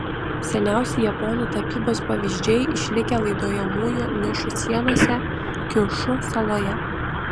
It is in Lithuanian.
seniausi japonų tapybos pavyzdžiai išlikę laidojamųjų nišų sienose kiušu saloje